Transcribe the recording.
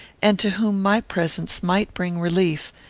and to whom my presence might bring relief,